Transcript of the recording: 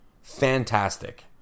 Fantastic